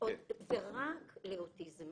ורק לאוטיזם.